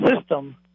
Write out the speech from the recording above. system